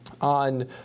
on